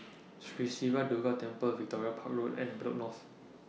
Sri Siva Durga Temple Victoria Park Road and Bedok North